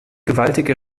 gewaltige